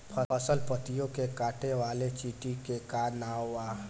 फसल पतियो के काटे वाले चिटि के का नाव बा?